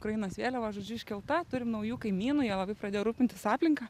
ukrainos vėliava žodžiu iškelta turim naujų kaimynų jie labai pradėjo rūpintis aplinka